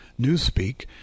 newspeak